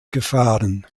gefahren